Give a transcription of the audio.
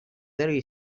very